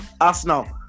Arsenal